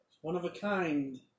one-of-a-kind